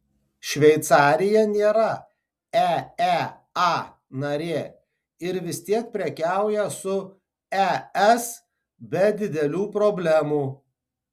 šveicarija nėra eea narė ir vis tiek prekiauja su es be didelių problemų